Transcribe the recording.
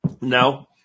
No